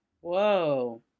Whoa